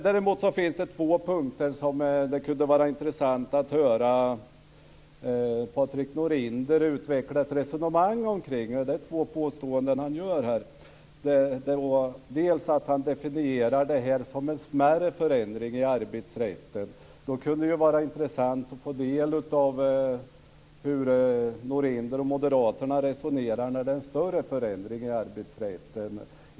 Däremot finns det två punkter som det kunde vara intressant att höra Patrik Norinder utveckla ett resonemang omkring. Han gör två påståenden. Han definierar det här som en mindre förändring i arbetsrätten. Då kunde det vara intressant att få ta del av hur Norinder och moderaterna resonerar när det är en större förändring i arbetsrätten.